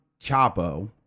Chapo